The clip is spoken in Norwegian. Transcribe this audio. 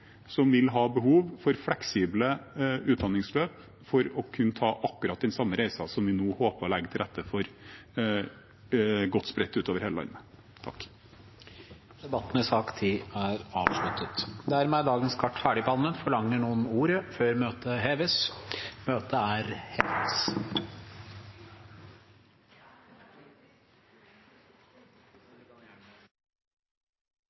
som vil ha behov for fleksible utdanningsløp, for å kunne ta akkurat den samme reisen som vi nå håper å legge til rette for, godt spredt utover hele landet. Debatten i sak nr. 10 er avsluttet. Dermed er dagens kart ferdigbehandlet. Forlanger noen ordet før møtet heves? – Møtet er hevet.